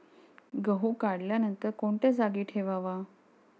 गहू काढल्यानंतर कोणत्या जागी ठेवावा?